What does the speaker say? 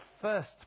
first